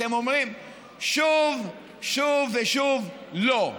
אתם אומרים שוב ושוב לא.